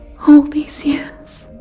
all these years!